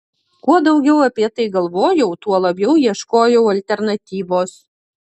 kuo daugiau apie tai galvojau tuo labiau ieškojau alternatyvos